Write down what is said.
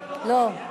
לא.